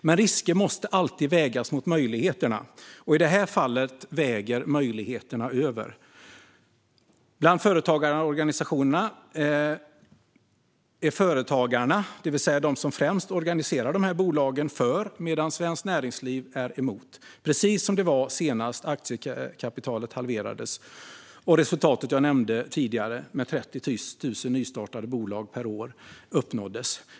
Men risker måste alltid vägas mot möjligheter, och i det här fallet väger möjligheterna över. Bland företagarorganisationerna är Företagarna, det vill säga de som främst organiserar dessa bolag, för medan Svenskt Näringsliv är emot. Det är precis som det var senast aktiekapitalet halverades och resultatet jag nämnde med 30 000 nystartade bolag per år uppnåddes.